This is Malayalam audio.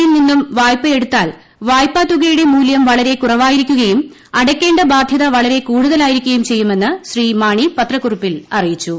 യിൽ നിന്നും വായ്പയെടുത്താൽ വായ്പാതുകയുടെ മൂല്യം വളരെ കുറവായിരിക്കുകയും അടയ്ക്കേണ്ട ബാധ്യത വളരെ കൂടുതലായിരിക്കുകയും പത്രകുറിപ്പിൽ അറിയിച്ചു